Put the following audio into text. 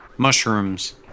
Mushrooms